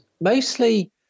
mostly